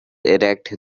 erect